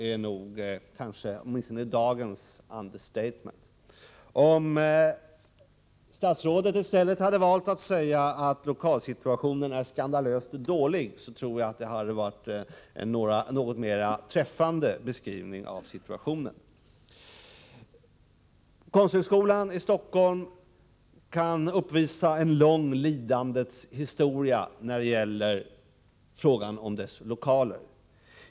Detta är nog dagens understatement. Om statsrådet i stället hade valt att säga att lokalsituationen är skandalöst dålig, tror jag att det hade varit en något mer träffande beskrivning av situationen. Konsthögskolan i Stockholm kan uppvisa en lång lidandets historia när det gäller frågan om dess lokaler.